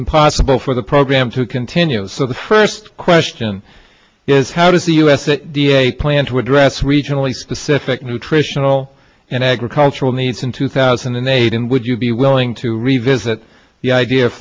impossible for the program to continue so the first question is how does the u s plan to address regionally specific nutritional and agricultural needs in two thousand and eight and would you be willing to revisit the idea of